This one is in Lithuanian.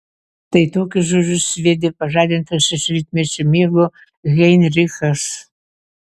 tai tokius žodžius sviedė pažadintas iš rytmečio miego heinrichas